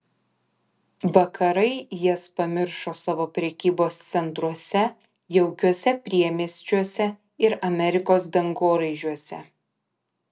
vakarai jas pamiršo savo prekybos centruose jaukiuose priemiesčiuose ir amerikos dangoraižiuose